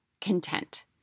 content